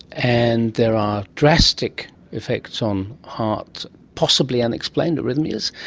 and there are drastic effects on hearts, possibly unexplained arrhythmias.